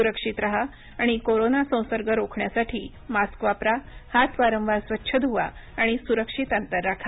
सुरक्षित राहा आणि कोरोना संसर्ग रोखण्यासाठी मास्क वापरा हात वारंवार स्वच्छ धुवा आणि सुरक्षित अंतर राखा